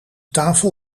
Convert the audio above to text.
tafel